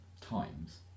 times